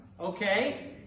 Okay